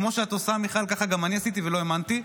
כמו שאת עושה, מיכל, ככה גם אני עשיתי ולא האמנתי,